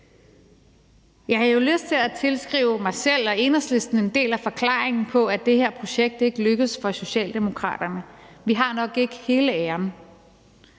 Jeg har jo lyst til at tilskrive mig selv og Enhedslisten en del af æren for, at det her projekt ikke lykkedes for Socialdemokraterne. Vi har nok ikke hele æren.